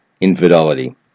infidelity